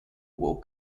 will